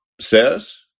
says